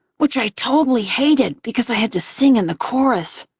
which i totally hated because i had to sing in the chorus.